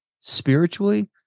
spiritually